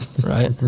right